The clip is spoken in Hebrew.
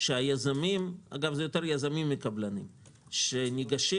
שהיזמים אגב זה יותר יזמים מקבלנים שניגשים